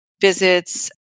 visits